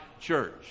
church